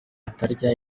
atarya